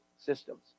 systems